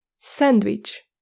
Sandwich